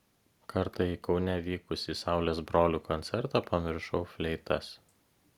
kartą į kaune vykusį saulės brolių koncertą pamiršau fleitas